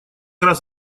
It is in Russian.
раз